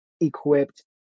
equipped